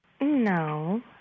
No